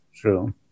True